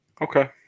Okay